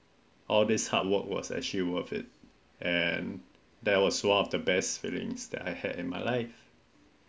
all this hard work was actually worth it and there was one the best feelings that I had in my life